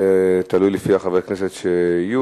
תלוי לפי חברי הכנסת שיהיו,